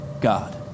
God